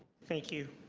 thank you